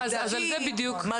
מה זה אומר,